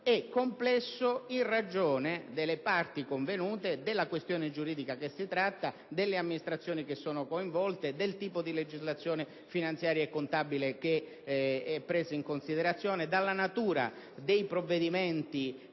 è complesso in ragione delle parti convenute, della questione giuridica che si tratta, delle amministrazioni che sono coinvolte, del tipo di legislazione finanziaria e contabile che è presa in considerazione, della natura dei provvedimenti